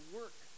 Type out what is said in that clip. work